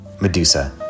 Medusa